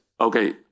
okay